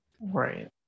Right